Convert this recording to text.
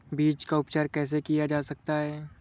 बीज का उपचार कैसे किया जा सकता है?